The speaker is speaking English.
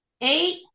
Eight